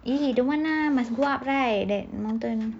eh don't want ah must go up right that mountain